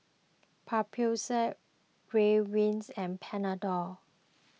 Papulex Ridwind and Panadol